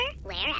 wherever